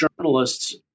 journalists